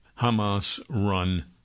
Hamas-run